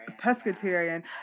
Pescatarian